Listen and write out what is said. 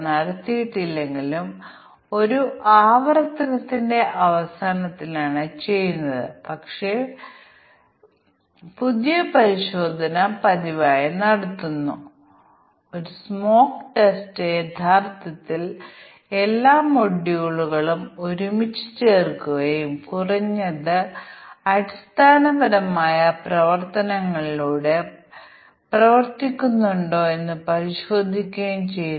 അതിനാൽ ഇത് എന്തെങ്കിലും നടപ്പിലാക്കാൻ ശ്രമിക്കുന്ന ഒരു പ്രോഗ്രാമാണ് അത് നിരവധി പാരാമീറ്ററുകൾ ഉണ്ടോയെന്ന് പരിശോധിക്കുന്നു കൂടാതെ ഇത് 3 പരാമീറ്ററുകൾ മാത്രം പരിഗണിക്കുന്നു തുടർന്ന് ഇത് x 1 y യ്ക്ക് തുല്യമാണെങ്കിൽ x 1 പരിശോധിക്കുന്നു